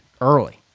early